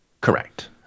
Correct